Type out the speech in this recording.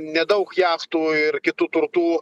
nedaug jachtų ir kitų turtų